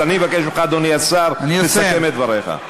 אז אני מבקש ממך, אדוני השר, תסכם את דבריך.